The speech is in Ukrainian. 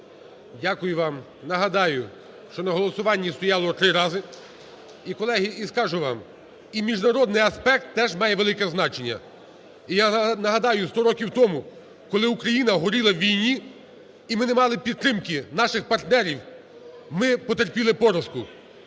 Дякую вам. Нагадаю, що на голосуванні стояло 3 рази. І, колеги, скажу вам: і міжнародний аспект теж має велике значення. І я нагадаю, 100 років тому, коли Україна горіла в війні і ми не мали підтримки наших партнерів, ми потерпіли поразку.